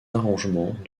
arrangements